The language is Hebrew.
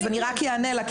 אז אני רק אענה לה,